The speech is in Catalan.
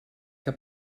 que